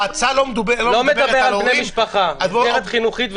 ההצעה --- לא מדברת על בני משפחה מסגרת חינוכית וטיפולית.